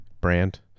brand